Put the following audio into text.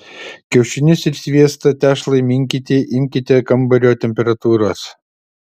kiaušinius ir sviestą tešlai minkyti imkite kambario temperatūros